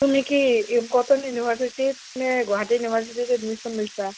তুমি কি কটন ইউনিভাৰ্চিটিত নে গুৱাহাটী ইউনিভাৰ্চিটিত এডমিচন লৈছা